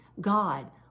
God